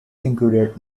included